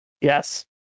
Yes